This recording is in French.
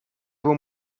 vos